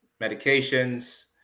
medications